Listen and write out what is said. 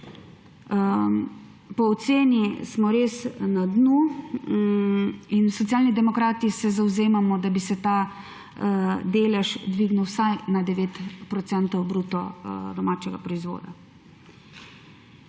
Po oceni smo res na dnu in Socialni demokrati se zavzemamo, da bi se ta delež dvignil vsaj na 9 % bruto domačega proizvoda.